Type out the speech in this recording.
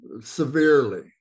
severely